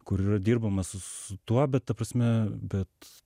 kur yra dirbama su su tuo bet ta prasme bet